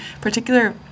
particular